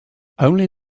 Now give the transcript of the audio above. only